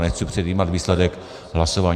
Nechci předjímat výsledek hlasování.